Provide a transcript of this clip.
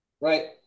right